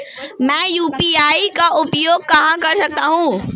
मैं यू.पी.आई का उपयोग कहां कर सकता हूं?